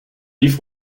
lief